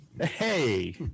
hey